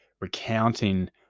recounting